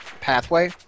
pathway